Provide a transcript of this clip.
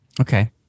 Okay